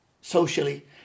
socially